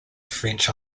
french